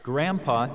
Grandpa